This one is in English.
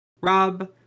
Rob